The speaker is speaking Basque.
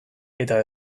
eta